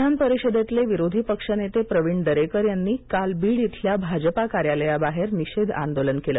विधानपरिषदेतले विरोधी पक्षनेते प्रविण दरेकर यांनी काल बीड इथल्या भाजपा कार्यालयाबाहेर निषेध आंदोलन केलं